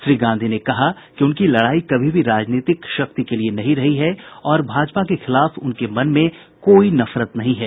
श्री गांधी ने कहा है कि उनकी लड़ाई कभी भी राजनीतिक शक्ति के लिए नहीं रही है और भाजपा के खिलाफ उनके मन में कोई नफरत नहीं हैं